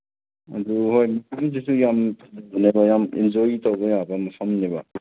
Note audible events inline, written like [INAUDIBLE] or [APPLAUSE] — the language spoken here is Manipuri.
ꯑꯗꯨ ꯍꯣꯏ ꯄꯨꯡꯁꯤꯁꯨ ꯌꯥꯝ [UNINTELLIGIBLE] ꯏꯟꯖꯣꯏ ꯇꯧꯕ ꯌꯥꯕ ꯃꯐꯝꯅꯦꯕ